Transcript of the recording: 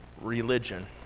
religion